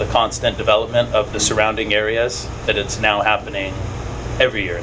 the constant development of the surrounding areas that it's now been in every year